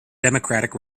democratic